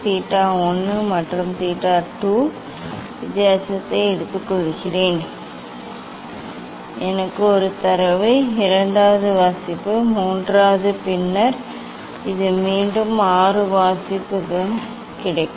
theta 1 மற்றும் theta 2 வித்தியாசத்தை எடுத்துக்கொள்கிறேன் எனக்கு ஒரு தரவு இரண்டாவது வாசிப்பு மூன்றாவது பின்னர் இது மீண்டும் 6 வாசிப்பு கிடைக்கும்